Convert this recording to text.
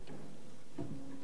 לסדר-היום.